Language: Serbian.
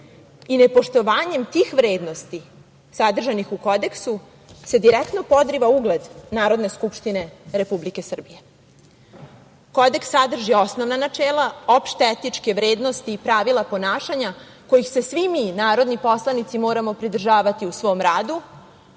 i nepoštovanjem tih vrednosti sadržanih u kodeksu se direktno podriva ugled Narodne skupštine Republike Srbije. Kodeks sadrži osnovna načela, opšte etičke vrednosti i pravila ponašanja kojih se svi mi narodni poslanici moramo pridržavati u svom radu